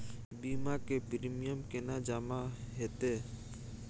बीमा के प्रीमियम केना जमा हेते?